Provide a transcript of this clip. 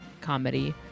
comedy